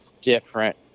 different